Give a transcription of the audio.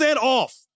off